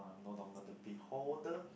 no longer the beholder